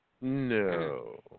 no